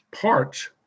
parts